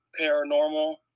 Paranormal